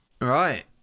right